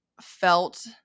felt